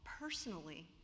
personally